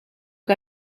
que